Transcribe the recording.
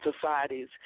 societies